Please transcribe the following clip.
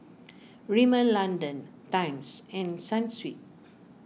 Rimmel London Times and Sunsweet